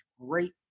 great